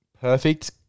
Perfect